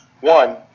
One